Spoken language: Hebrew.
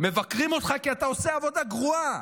מבקרים אותך כי אתה עושה עבודה גרועה.